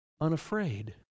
unafraid